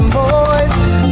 boys